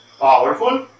powerful